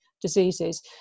diseases